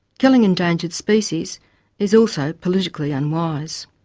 killing endangered species is also politically unwise.